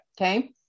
okay